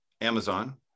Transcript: Amazon